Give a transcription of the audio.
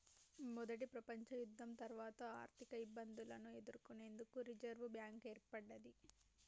మొదటి ప్రపంచయుద్ధం తర్వాత ఆర్థికఇబ్బందులను ఎదుర్కొనేందుకు రిజర్వ్ బ్యాంక్ ఏర్పడ్డది